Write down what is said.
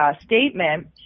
statement